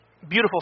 beautiful